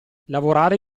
lavorare